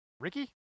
Ricky